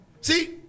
See